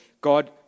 God